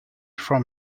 from